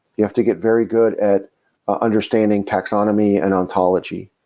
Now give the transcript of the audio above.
you have to get very good at understanding taxonomy and ontology.